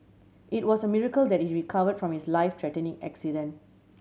it was a miracle that he recovered from his life threatening accident